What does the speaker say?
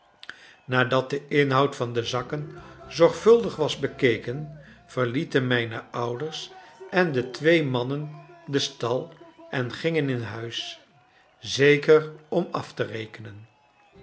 nadat de inhoud van de zakken zorgvuldig was bekeken verlieten mijne ouders en de twee mannen den stal en gingen in huis zeker om af te rekenen